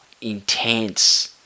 intense